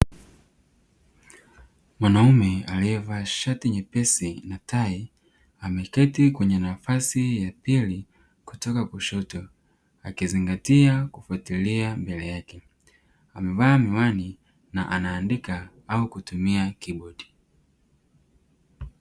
Mwanaume aliyevaa shati nyepesi na tai ameketi kwenye nafasi ya pili kutoka kushoto akizingatia kufuatilia mbele yake, amevaa miwani na anaandika au kutumia kibodi.